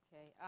Okay